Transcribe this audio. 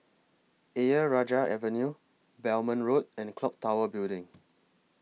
Ayer Rajah Avenue Belmont Road and Clock Tower Building